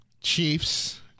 Chiefs